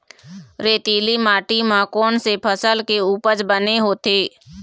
रेतीली माटी म कोन से फसल के उपज बने होथे?